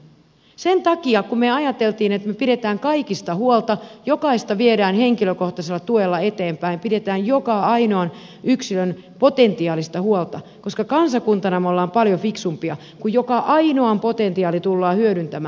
sen takia me ajattelemme että me pidämme kaikista huolta jokaista viedään henkilökohtaisella tuella eteenpäin pidetään joka ainoan yksilön potentiaalista huolta koska kansakuntana me olemme paljon fiksumpia kun joka ainoan potentiaali tullaan hyödyntämään